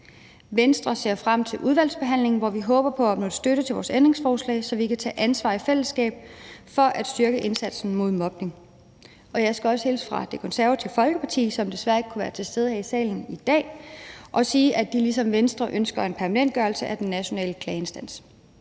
Venstre ser frem til udvalgsbehandlingen, hvor vi håber på at opnå støtte til vores ændringsforslag, så vi kan tage ansvar i fællesskab for at styrke indsatsen mod mobning. Jeg skal også hilse fra Det Konservative Folkeparti, som desværre ikke kunne være til stede her i salen i dag, og sige, at de ligesom Venstre ønsker en permanentgørelse af Den Nationale Klageinstans